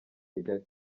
kigali